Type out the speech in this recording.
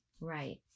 Right